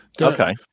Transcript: Okay